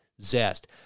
zest